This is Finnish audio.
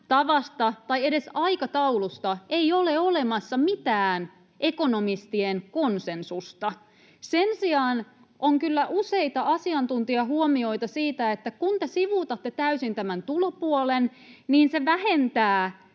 tavasta tai edes aikataulusta ei ole olemassa mitään ekonomistien konsensusta. Sen sijaan on kyllä useita asiantuntijahuomioita siitä, että kun te sivuutatte täysin tämän tulopuolen, niin se vähentää